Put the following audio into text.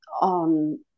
on